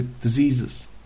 diseases